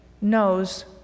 knows